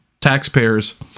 taxpayers